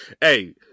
hey